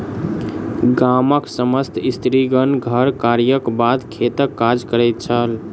गामक समस्त स्त्रीगण घर कार्यक बाद खेतक काज करैत छल